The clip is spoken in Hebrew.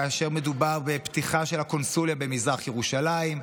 כאשר מדובר בפתיחה של הקונסוליה במזרח ירושלים,